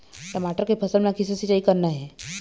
टमाटर के फसल म किसे सिचाई करना ये?